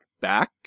back